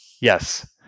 Yes